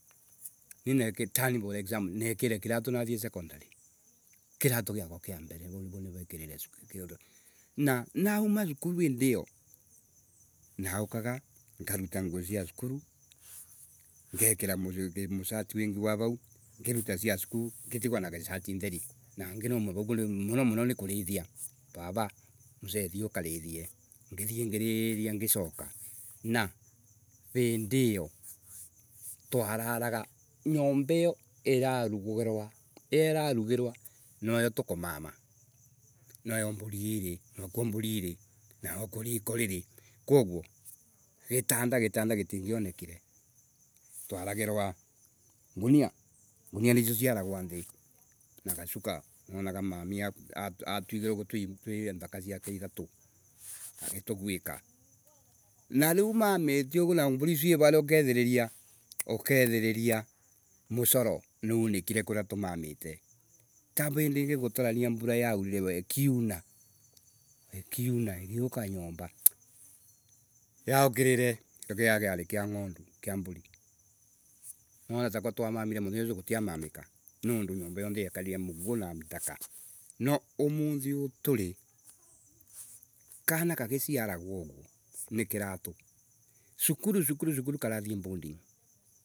Ni neki yani for example, nekire kiratu nathii secondary, kirato giakwa kia mbere vau nivo nekirire skuru kio na na nauma skulu indi io, naukaga naoruta nguo cia skulu, ngekira mura mucati wingi wai vau ngiruta cia skuli ngitigwo na cati their, na uguo ni muno muno ni kurithia. Vava, msee thii ukarithie, ngithii ngirithia ngiroka. Na vindi iyo, twararaga nyoma iyo irarugirwa, nwayo, tukumama. Nwayo mburi iri, nwakuo mburi iri, na nwakuo riko riri koguo, gitandu gitanda gitingyonekire. Twaragirwa ngunia, ngunia niao ciaragwa thi, na gacuka. Nonage mami atwiara uguotwi atwi thaka ciake ithatu. Agituguika. Na riumamite uguo ukethiririaaa ukethiriria mucoro niunikire kuria tumamite. Ta indi ingi niratarania mbura yaurire ne ikiuna, ikiuna igiuka nyomba, yaukirire kiagari kia mburi, nuurona twa twamamire muthonya ucio Gutiamamikia, nondu nyomba yothe yekorire mugo na ndaka. Umuthi uo turi, kana kakiciatagwa uguo, ni kiratu. Sukulu, sukulu, sukulu karathi boarding